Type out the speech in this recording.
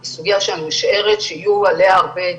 היא סוגיה שאני משערת שיהיו עליה הרבה דיונים.